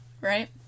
Right